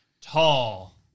tall